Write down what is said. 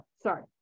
Sorry